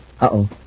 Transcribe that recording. Uh-oh